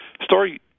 Story